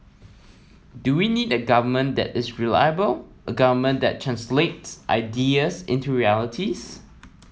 do we need a government that is reliable a government that translates ideas into realities